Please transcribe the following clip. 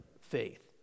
faith